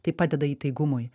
tai padeda įtaigumui